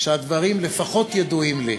שהדברים לפחות ידועים לי.